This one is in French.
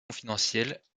confidentiels